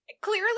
clearly